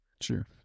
Sure